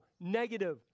negative